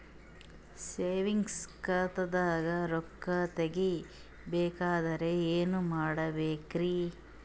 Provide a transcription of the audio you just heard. Savings ಖಾತಾದಾಗ ರೊಕ್ಕ ತೇಗಿ ಬೇಕಾದರ ಏನ ಮಾಡಬೇಕರಿ?